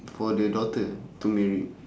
for the daughter to married